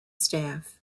staff